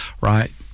right